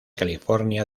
california